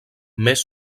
més